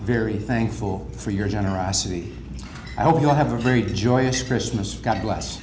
very thankful for your generosity i hope you have a very joyous christmas god bless